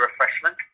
refreshment